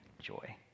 joy